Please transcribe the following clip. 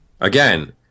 Again